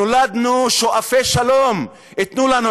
נולדנו שואפי שלום.